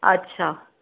अच्छा